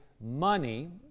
money